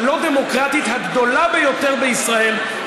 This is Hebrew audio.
הלא-דמוקרטית הגדולה ביותר בישראל,